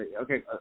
okay